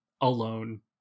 alone